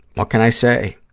what can i say?